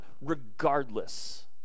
regardless